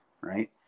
right